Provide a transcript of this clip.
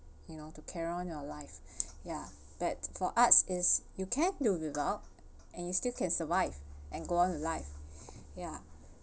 you know to carry on your life ya that for arts is you can do without and you still can survive and go on your life ya